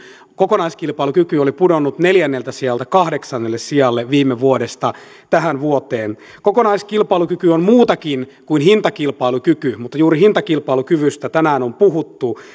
kokonaiskilpailukyky oli pudonnut neljänneltä sijalta kahdeksannelle sijalle viime vuodesta tähän vuoteen kokonaiskilpailukyky on muutakin kuin hintakilpailukyky mutta juuri hintakilpailukyvystä tänään on puhuttu